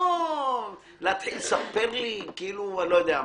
לא להתחיל לספר לי כאילו אני לא יודע מה.